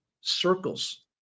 circles